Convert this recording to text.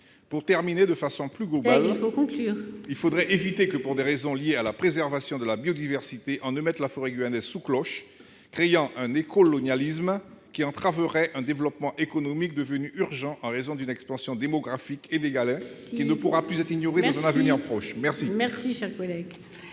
mon cher collègue. ... il faudrait éviter que, pour des raisons liées à la préservation de la biodiversité, on ne mette la forêt guyanaise sous cloche, créant un « écolonialisme » qui entraverait un développement économique devenu urgent en raison d'une expansion démographique inégalée qui ne pourra plus être ignorée dans un avenir proche. La